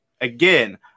again